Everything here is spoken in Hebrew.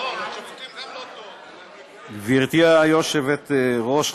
גברתי היושבת-ראש,